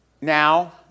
Now